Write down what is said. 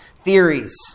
theories